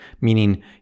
Meaning